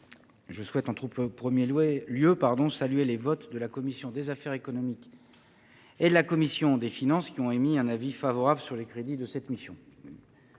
je souhaite en tout premier lieu saluer les votes de la commission des affaires économiques et de la commission des finances, qui ont émis un avis favorable à l’adoption des crédits de cette mission.